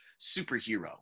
superhero